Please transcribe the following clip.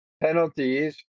penalties